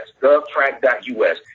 GovTrack.us